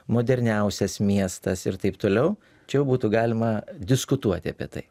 moderniausias miestas ir taip toliau čia jau būtų galima diskutuoti apie tai